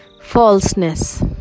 falseness